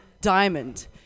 Diamond